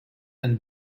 and